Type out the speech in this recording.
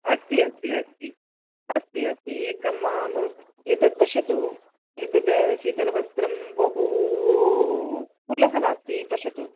अस्ति अस्ति अस्ति अस्ति अस्ति एकं मुल्क् एतत् पश्यतु एतत् शीतलवस्त्रं बहू स्थूलः नास्ति पश्यतु